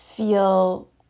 feel